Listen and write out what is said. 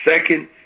second